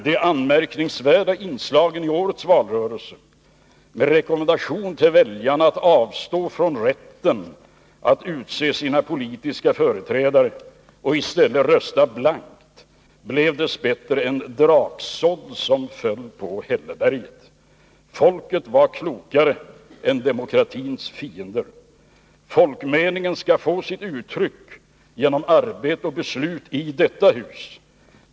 De anmärkningsvärda inslagen i årets valrörelse med rekommendation till väljarna att avstå från rätten att utse sina politiska företrädare och i stället rösta blankt blev dess bättre en draksådd som föll på hälleberget. Folket var klokare än demokratins fiender. Folkmeningen skall få sitt uttryck genom arbete och beslut i detta hus.